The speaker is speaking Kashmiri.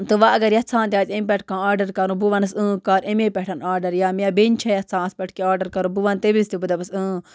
تہٕ وَ اگر یَژھان تہِ آسہِ امہِ پٮ۪ٹھ کانٛہہ آرڈر کَرُن بہٕ وَنَس اۭں کَر ایٚمے پٮ۪ٹھ آرڈر یا مےٚ بیٚنہِ چھِ یَژھان اَتھ پٮ۪ٹھ کیٚنٛہہ آرڈر کَرُن بہٕ وَنہٕ تمِس تہِ بہٕ دَپَس اۭں